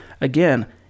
again